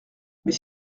mais